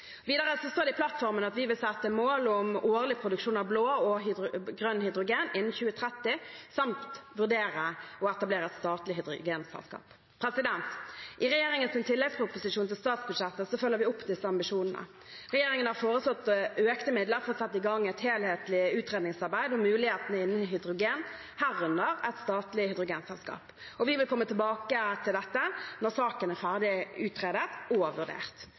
Videre står det i plattformen at vi vil sette mål om årlig produksjon av blå og grønn hydrogen innen 2030, samt vurdere å etablere et statlig hydrogenselskap. I regjeringens tilleggsproposisjon til statsbudsjettet følger vi opp disse ambisjonene. Regjeringen har foreslått økte midler for å sette i gang et helhetlig utredningsarbeid om mulighetene innen hydrogen, herunder et statlig hydrogenselskap. Vi vil komme tilbake til dette når saken er ferdig utredet og vurdert.